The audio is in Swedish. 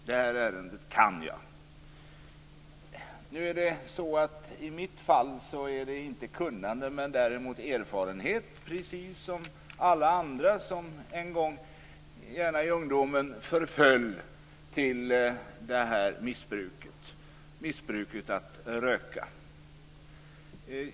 Det här ärendet kan jag. I mitt fall handlar det inte om kunnande, utan om erfarenhet, precis som när det gäller alla andra som i ungdomen förföll till missbruket att röka.